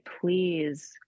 please